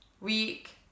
week